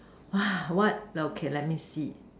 !wah! what okay let me see